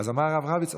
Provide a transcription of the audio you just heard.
אז אמר הרב רביץ,